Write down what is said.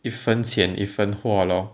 一分钱一分货 lor